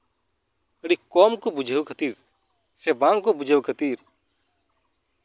ᱟᱹᱰᱤ ᱠᱚᱢ ᱠᱚ ᱵᱩᱡᱷᱟᱹᱣ ᱠᱷᱟᱹᱛᱤᱨ ᱥᱮ ᱵᱟᱝᱠᱚ ᱵᱩᱡᱷᱟᱹᱣ ᱠᱷᱟᱹᱛᱤᱨ